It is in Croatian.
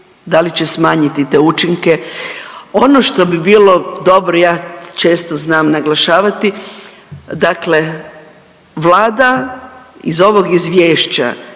da li će smanjiti te učinke. Ono što bi bilo dobro ja često znam naglašavati, dakle Vlada iz ovog izvješća